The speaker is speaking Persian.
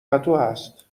پتوهست